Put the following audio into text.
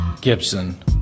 Gibson